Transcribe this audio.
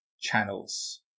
channels